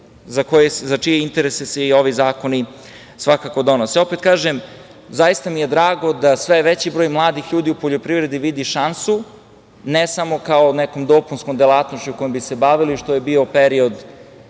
za čije interese se i ovi zakoni svakako donose. Opet kažem, zaista mi je drago da sve veći broj mladih ljudi u poljoprivredi vidi šansu, ne samo kao nekom dopunskom delatnošću kojom bi se bavili, što je bio period